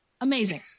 Amazing